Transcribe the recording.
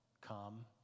come